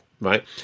Right